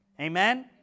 Amen